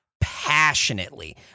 passionately